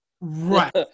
Right